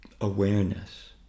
awareness